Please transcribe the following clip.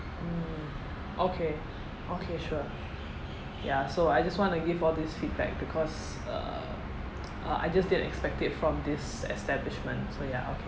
mm okay okay sure ya so I just want to give all this feedback because uh uh I just didn't expect it from this establishment so ya okay